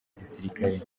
gisirikare